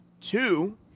Two